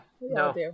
no